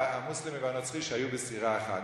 המוסלמי והנוצרי שהיו בסירה אחת.